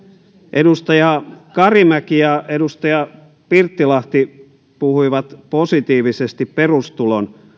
edustaja karimäki ja edustaja pirttilahti puhuivat positiivisesti perustulon